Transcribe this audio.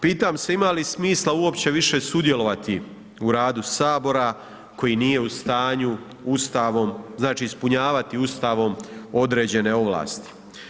Pitam se ima li smisla uopće više sudjelovati u radu Sabora koji nije u stanju Ustavom, znači ispunjavati Ustavom određene ovlasti.